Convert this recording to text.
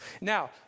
Now